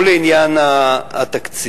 ולעניין התקציב.